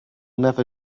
never